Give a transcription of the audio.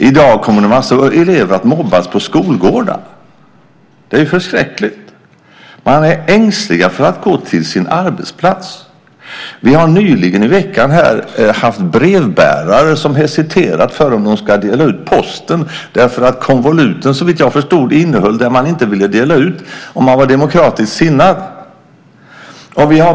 I dag kommer en massa elever att mobbas på skolgårdarna. Det är förskräckligt. Man är ängslig för att gå till sin arbetsplats. Vi har i veckan haft brevbärare som hesiterat om de skulle dela ut posten därför att konvoluten, såvitt jag förstod, innehöll sådant man inte ville dela ut om man var demokratiskt sinnad.